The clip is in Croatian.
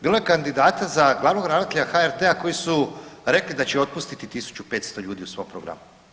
Bilo je kandidata za glavnog ravnatelja HRT-a koji su rekli da će otpustiti 1500 ljudi u svom programu.